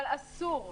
אבל אסור,